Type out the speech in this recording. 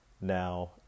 Now